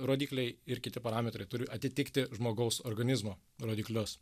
rodikliai ir kiti parametrai turi atitikti žmogaus organizmo rodiklius